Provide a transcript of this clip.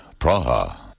Praha